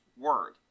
word